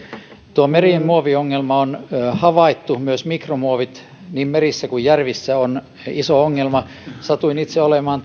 tuo merien muoviongelma on havaittu myös mikromuovit niin merissä kuin järvissä ovat iso ongelma satuin itse olemaan